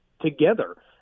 together